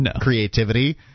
creativity